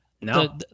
No